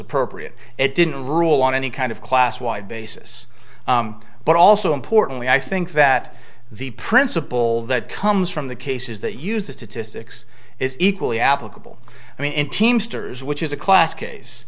appropriate it didn't rule on any kind of class wide basis but also importantly i think that the principle that comes from the cases that use the statistics is equally applicable i mean in teamster's which is a class case